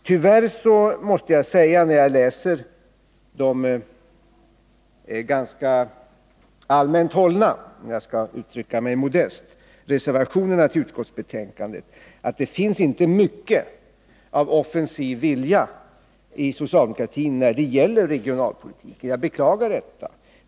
Tyvärr måste jag säga, när jag läser de — om jag skall uttrycka mig modest — ganska allmänt hållna reservationerna till utskottsbetänkandet, att det inte finns mycket av offensiv vilja i socialdemokratin när det gäller regionalpolitiken. Jag beklagar detta.